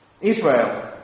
Israel